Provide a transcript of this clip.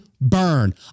burn